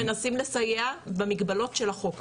אנחנו מנסים לסייע במגבלות של החוק.